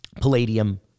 Palladium